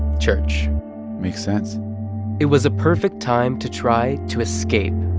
church makes sense it was a perfect time to try to escape.